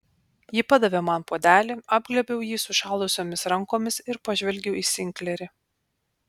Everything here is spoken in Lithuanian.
ji padavė man puodelį apglėbiau jį sušalusiomis rankomis ir pažvelgiau į sinklerį